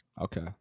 Okay